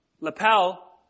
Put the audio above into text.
lapel